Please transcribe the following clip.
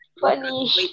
Funny